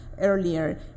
earlier